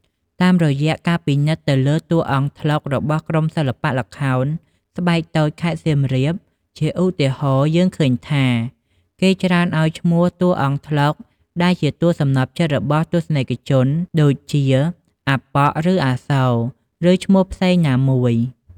តាមរយៈការពិនិត្យទៅលើតួអង្គត្លុករបស់ក្រុមសិល្បៈល្ខោនស្បែកតូចខេត្តសៀមរាប ជាឧទាហរណ៍ យើងឃើញថា គេច្រើនឱ្យឈ្មោះតួអង្គត្លុកដែលជាតួសំណព្វចិត្តរបស់ទស្សនិកជនដូចជា “អាប៉ក់” ឬ “អាសូរ” ឬឈ្មោះផ្សេងណាមួយ ។